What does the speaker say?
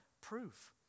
proof